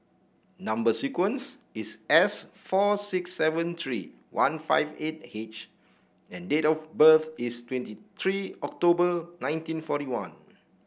number sequence is S four six seven three one five eight H and date of birth is twenty three October nineteen forty one